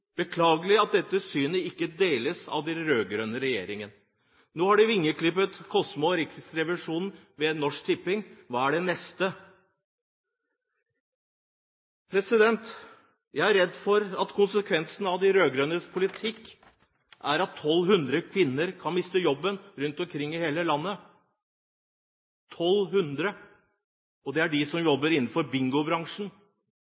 beklagelig at dette synet ikke deles av den rød-grønne regjeringen. Nå har de vingeklippet Kosmo og Riksrevisjonen ved Norsk Tipping. Hva er det neste? Jeg er redd for at konsekvensen av de rød-grønnes politikk er at 1 200 kvinner rundt omkring i landet kan miste jobben – 1 200 – og det er de som